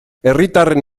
herritarren